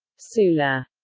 sulla.